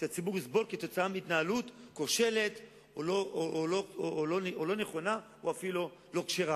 שהציבור יסבול כתוצאה מהתנהלות כושלת או לא נכונה או אפילו לא כשרה.